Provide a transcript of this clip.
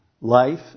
life